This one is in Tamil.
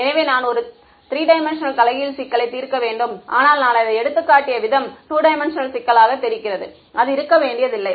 எனவே நான் ஒரு 3D தலைகீழ் சிக்கலை தீர்க்க வேண்டும் ஆனால் நான் அதை எடுத்துக்காட்டிய விதம் 2D சிக்கலாகத் தெரிகிறது அது இருக்க வேண்டியதில்லை